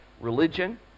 religion